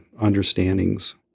understandings